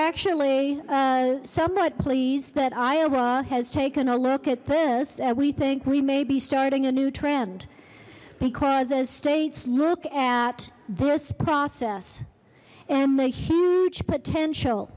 actually somewhat pleased that iowa has taken a look at this and we think we may be starting a new trend because as states look at this process and the huge potential